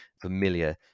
familiar